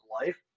life